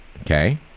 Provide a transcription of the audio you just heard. Okay